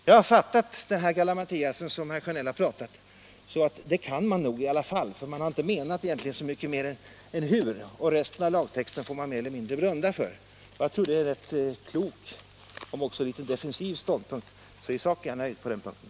Jag har fattat herr Sjönells svammel som att man nog kan det i alla fall, för man har inte menat så mycket mer än hur, och resten av lagtexten får man mer eller mindre blunda för. Jag tror att det är en klok, om också defensiv ståndpunkt, så i sak är jag nöjd på den här punkten.